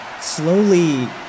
slowly